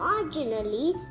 Originally